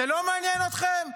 זה לא מעניין אתכם?